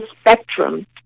spectrum